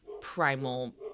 primal